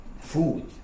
food